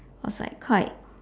was like quite